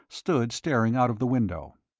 stood staring out of the window.